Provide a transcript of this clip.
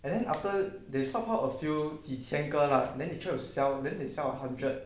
and then after they somehow a few 几千个 lah then you try to sell then they sell one hundred